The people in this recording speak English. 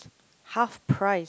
half price